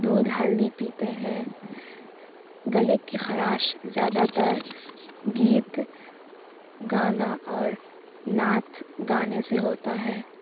دودھ ہلدی پیتے ہیں گلے کی خراش زیادہ تر گیت گانا اور نعت گانے سے ہوتا ہے